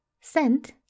sent